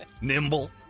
Nimble